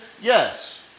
Yes